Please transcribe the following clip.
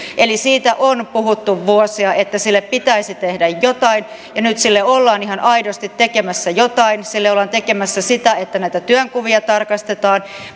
siitä on puhuttu vuosia että sille pitäisi tehdä jotain ja nyt sille ollaan ihan aidosti tekemässä jotain sille ollaan tekemässä sitä että näitä työnkuvia tarkastetaan